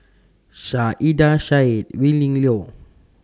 Saiedah Said Willin Liew